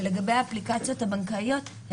נכון.